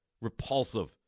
Repulsive